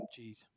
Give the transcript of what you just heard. Jeez